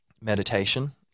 meditation